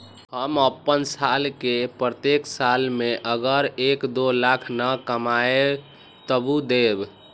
हम अपन साल के प्रत्येक साल मे अगर एक, दो लाख न कमाये तवु देम?